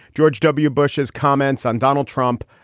george w. bush's comments on donald trump.